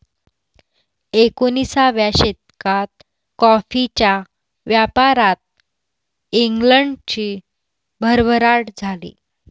एकोणिसाव्या शतकात कॉफीच्या व्यापारात इंग्लंडची भरभराट झाली